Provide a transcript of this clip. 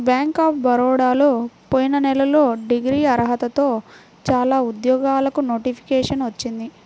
bank of బరోడాలో పోయిన నెలలో డిగ్రీ అర్హతతో చానా ఉద్యోగాలకు నోటిఫికేషన్ వచ్చింది